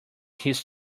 his